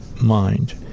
mind